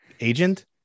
agent